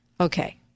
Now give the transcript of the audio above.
Okay